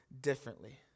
differently